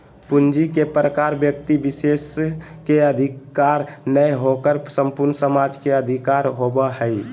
पूंजी के प्रकार व्यक्ति विशेष के अधिकार नय होकर संपूर्ण समाज के अधिकार होबो हइ